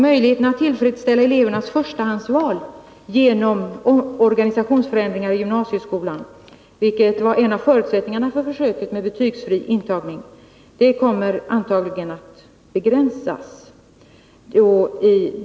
Möjligheterna att tillfredsställa elevernas förstahandsval genom organisationsförändringar i gymnasieskolan, vilket var en av förutsättningarna för försöket med betygsfri intagning, kommer antagligen att begränsas.